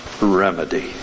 remedy